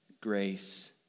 grace